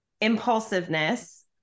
impulsiveness